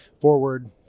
forward